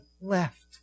left